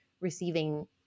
receiving